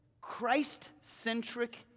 Christ-centric